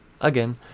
Again